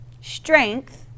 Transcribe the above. strength